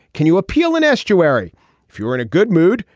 can you appeal an estuary if you're in a good mood.